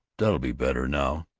that'll be better now.